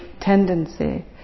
tendency